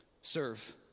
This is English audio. serve